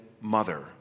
mother